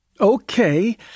Okay